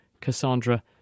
Cassandra